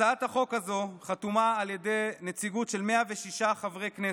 הצעת החוק הזו חתומה על ידי נציגות של 106 חברי כנסת,